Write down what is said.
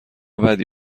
بدی